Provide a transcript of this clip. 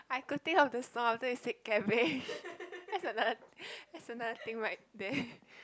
I thinking how to sound after you said cabbage it's another it's another thing right there